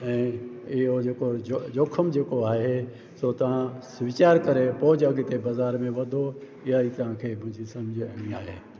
ऐं इहो जेको जोखम जेको आहे जो तव्हां वीचार करे पोइ अगिते बाज़ारि में वधो या ई तव्हांखे भुलिजी सम्झी इहा आहे